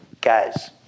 guys